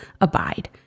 abide